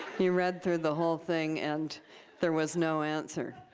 you read through the whole thing, and there was no answer.